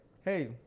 hey